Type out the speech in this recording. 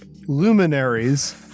luminaries